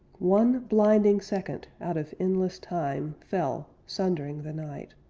one blinding second out of endless time fell, sundering the night.